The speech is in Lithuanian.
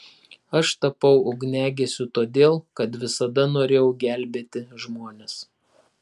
aš tapau ugniagesiu todėl kad visada norėjau gelbėti žmones